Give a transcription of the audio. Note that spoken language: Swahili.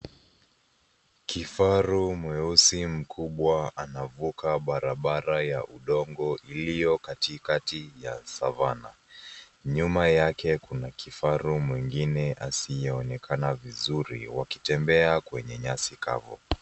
Kifaru mweusi mkubwa anavuka barabara ya udongo iliyo katikati ya Savannah. Nyuma yake kuna kifaru mwingine asiyeonekana vizuri wakitembea kwenye nyasi kavu.